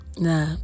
nah